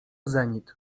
zenit